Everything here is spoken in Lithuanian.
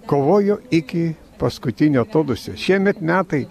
kovojo iki paskutinio atodūsio šiemet metai